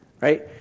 right